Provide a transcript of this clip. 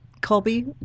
Colby